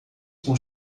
com